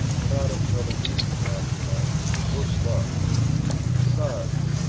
we're not in jolliginki now, you know worse luck besides,